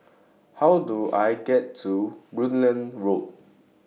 How Do I get to Rutland Road